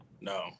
No